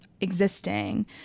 existing